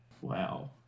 Wow